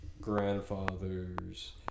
grandfather's